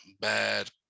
bad